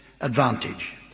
advantage